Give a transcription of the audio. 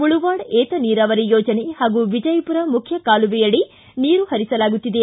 ಮುಳವಾಡ ಏತನೀರಾವರಿ ಯೋಜನೆ ಹಾಗೂ ವಿಜಯಪುರ ಮುಖ್ಯಕಾಲುವೆಯಡಿ ನೀರು ಹರಿಸಲಾಗುತ್ತಿದೆ